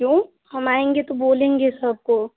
क्यों हम आएँगे तो बोलेंगे सर को